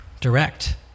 direct